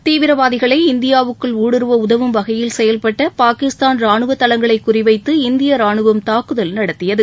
தீவிரவாதிகளை இந்தியாவுக்குள் ஊடுருவ உதவும் வகையில் செயல்பட்ட பாகிஸ்தான் ராணுவ தளங்களை குறிவைத்து இந்திய ராணுவம் தாக்குதல் நடத்தியது